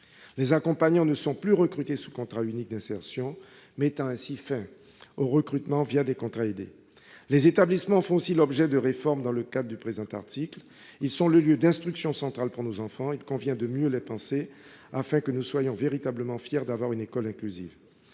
Les accompagnants ne sont plus recrutés sous contrat unique d'insertion, ce qui met fin au recrutement des contrats aidés. Les établissements font aussi l'objet de réformes dans le cadre du présent article. Ils sont le lieu central pour l'instruction de nos enfants. Il convient de mieux les penser afin que nous soyons véritablement fiers d'avoir une école inclusive.